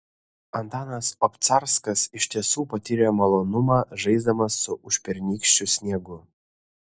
antanas obcarskas iš tiesų patyrė malonumą žaisdamas su užpernykščiu sniegu